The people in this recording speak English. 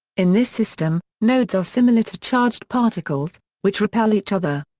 in this system, nodes are similar to charged particles, which repel each other.